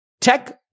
Tech